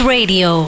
Radio